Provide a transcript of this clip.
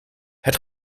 het